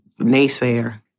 naysayer